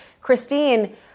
Christine